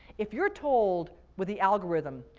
if you're told with the algorithm,